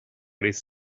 these